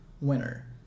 winner